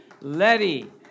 Letty